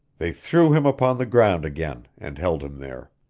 they threw him upon the ground again and held him there.